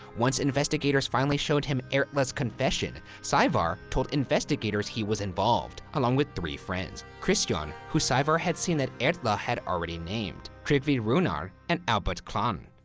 once investigators finally showed him erla's confession saevar told investigators he was involved along with three friends, kristjan, who saevar had seen that erla had already named, tryggvi runar, and albert klahn.